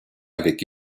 avec